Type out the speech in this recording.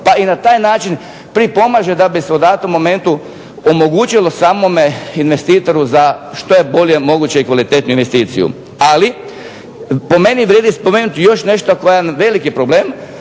Pa i na taj način pripomaže da bi se u datom mometnu omogućilo samome investitoru za što je bolje moguće i kvalitetniju investiciju. Ali, po meni vrijedi spomenuti još nešto koje je jedan veliki problem,